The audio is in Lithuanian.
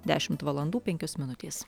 dešimt valandų penkios minutės